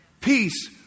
Peace